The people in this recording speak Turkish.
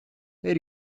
her